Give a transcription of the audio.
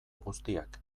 guztiak